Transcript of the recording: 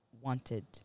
wanted